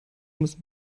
müssen